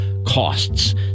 Costs